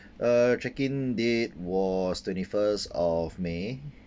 uh check-in date was twenty first of may